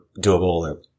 doable